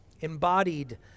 embodied